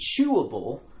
chewable